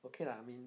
okay lah I mean